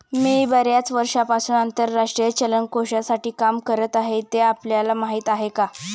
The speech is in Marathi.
मी बर्याच वर्षांपासून आंतरराष्ट्रीय चलन कोशासाठी काम करत आहे, ते आपल्याला माहीत आहे का?